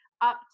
up